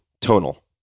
Tonal